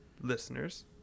listeners